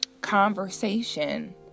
Conversation